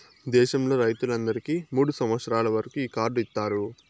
దేశంలో రైతులందరికీ మూడు సంవచ్చరాల వరకు ఈ కార్డు ఇత్తారు